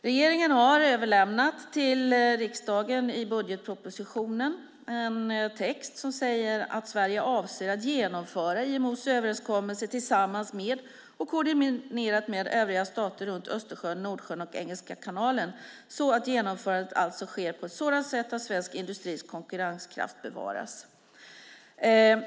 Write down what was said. Regeringen har i budgetpropositionen överlämnat till riksdagen en text som säger att Sverige avser att genomföra IMO:s överenskommelse, tillsammans med och koordinerat med övriga stater runt Östersjön, Nordsjön och Engelska kanalen, så att genomförandet sker på ett sådant sätt att svensk industris konkurrenskraft bevaras.